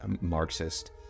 Marxist